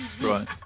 Right